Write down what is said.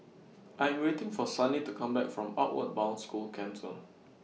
I Am waiting For Sunny to Come Back from Outward Bound School Camp two